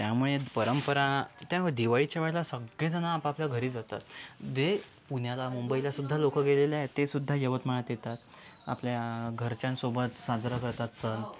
त्यामुळे परंपरा त्यामुळे दिवाळीच्या वेळेला सगळे जणं आप आपल्या घरी जातात जे पुण्याला मुंबईला सुद्धा लोकं गेलेले आहेत ते सुद्धा यवतमाळात येतात आपल्या घरच्यांसोबत साजरा करतात सण